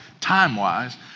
time-wise